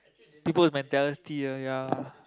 people with mentality ah ya